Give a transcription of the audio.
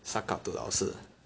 suck up to 老师